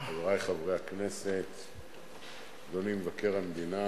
אם זה נכון, אני פונה למבקר המדינה